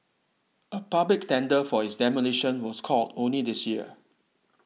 a public tender for its demolition was called only this year